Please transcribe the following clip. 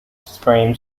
stream